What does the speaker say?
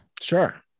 Sure